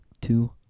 Two